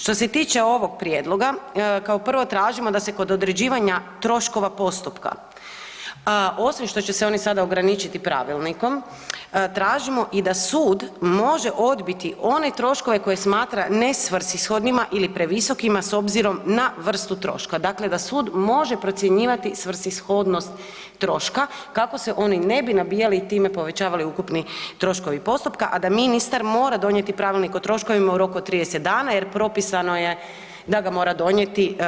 Što se tiče ovog prijedloga, kao prvo, tražimo da se kod određivanja troškova postupka, osim što će se oni sada ograničiti pravilnikom, tražimo i da sud može odbiti one troškove koje smatra nesvrsishodnima ili previsokima s obzirom na vrstu troška, dakle da sud može procjenjivati svrsishodnost troška kako se oni ne bi nabijali i time povećavali ukupni troškovi postupka, a da ministar mora donijeti Pravilnik o troškovima u roku od 30 dana jer propisano je da ga mora donijeti.